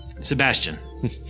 Sebastian